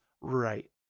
Right